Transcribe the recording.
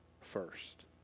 first